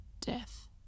death